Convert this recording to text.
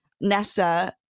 Nesta